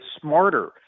smarter